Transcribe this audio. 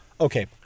Okay